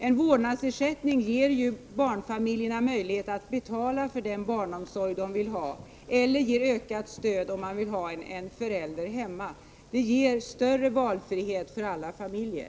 En vårdnadsersättning ger barnfamiljerna en möjlighet att betala för den barnomsorg de vill ha eller också ger den ökat stöd om man vill ha en förälder hemma. Den ger större valfrihet för alla familjer.